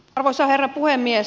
arvoisa herra puhemies